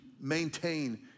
maintain